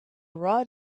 rod